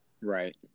right